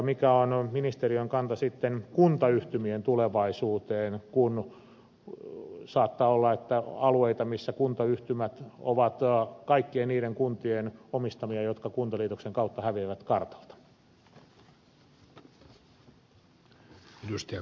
mikä on ministeriön kanta sitten kuntayhtymien tulevaisuuteen kun saattaa olla alueita joissa kuntayhtymät ovat kaikkien niiden kuntien omistamia jotka kuntaliitoksen kautta häviävät kartalta